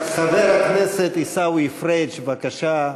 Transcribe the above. חבר הכנסת עיסאווי פריג' בבקשה,